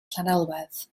llanelwedd